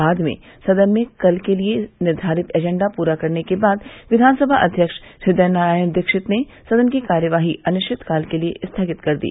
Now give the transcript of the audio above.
बाद में सदन में कल के लिये निर्धारित एजेंडा पूरा करने के बाद विधानसभा अध्यक्ष हदयनारायण दीक्षित ने सदन की कार्यवाही अनिश्चित काल के लिये स्थगित कर दी